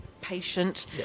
patient